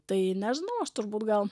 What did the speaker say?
tai nežinau aš turbūt gal